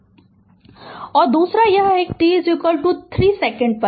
Refer Slide Time 2424 और दूसरा यह है कि t 3 सेकंड पर